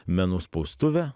menų spaustuvė